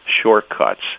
shortcuts